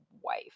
wife